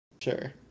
Sure